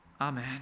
amen